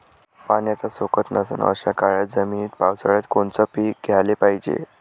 पाण्याचा सोकत नसन अशा काळ्या जमिनीत पावसाळ्यात कोनचं पीक घ्याले पायजे?